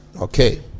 Okay